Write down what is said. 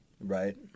right